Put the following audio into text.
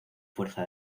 fuerza